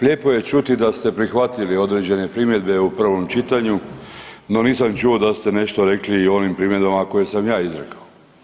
Lijepo je čuti da ste prihvatili određene primjedbe u prvom čitanju, no nisam čuo da ste nešto rekli i o onim primjedbama koje sam ja izrekao.